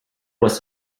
was